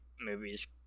movies